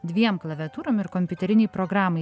dviem klaviatūrom ir kompiuterinei programai